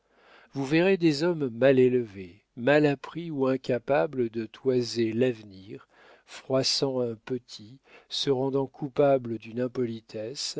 vous verrez des hommes mal élevés mal appris ou incapables de toiser l'avenir froissant un petit se rendant coupables d'une impolitesse